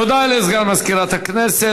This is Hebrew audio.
תודה לסגן מזכירת הכנסת.